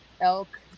elk